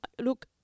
Look